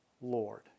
Lord